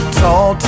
tall